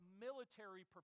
military